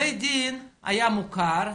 בית הדין היה ומכר,